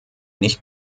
nicht